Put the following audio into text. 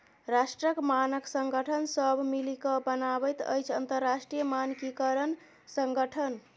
राष्ट्रक मानक संगठन सभ मिलिकए बनाबैत अछि अंतरराष्ट्रीय मानकीकरण संगठन